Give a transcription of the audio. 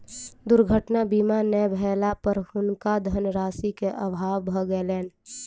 दुर्घटना बीमा नै भेला पर हुनका धनराशि के अभाव भ गेलैन